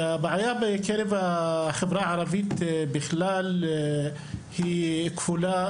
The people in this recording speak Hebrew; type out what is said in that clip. הבעיה בקרב החברה הערבית בכלל היא כפולה,